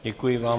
Děkuji vám.